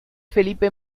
felipe